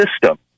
system